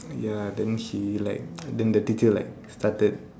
ya then he like then the teacher like started